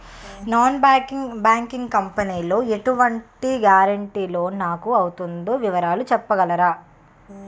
Non banking company లో ఎటువంటి guarantee loan నాకు అవుతుందో వివరాలు చెప్పగలరా?